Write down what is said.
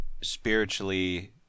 spiritually